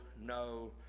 no